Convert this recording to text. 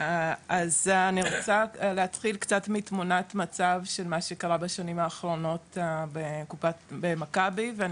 אני מנהלת את התפתחות הילד במכבי מרצה מלמדת באוניברסיטת תל-אביב.